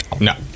No